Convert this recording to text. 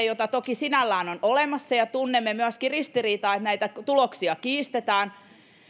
jota toki sinällään on olemassa tunnemme myöskin ristiriidan että näitä tuloksia kiistetään